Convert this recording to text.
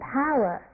power